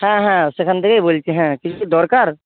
হ্যাঁ হ্যাঁ সেখান থেকেই বলছি হ্যাঁ কিছু দরকার